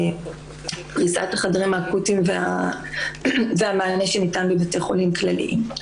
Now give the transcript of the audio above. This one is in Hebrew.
פרישת החדרים האקוטיים והמענה שניתן בבתי חולים כלליים.